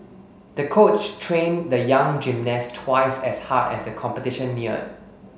the coach trained the young gymnast twice as hard as the competition neared